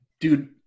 dude